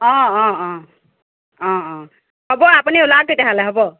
অঁ অঁ অঁ অঁ অঁ হ'ব আপুনি ওলাওক তেতিয়াহ'লে হ'ব